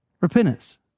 repentance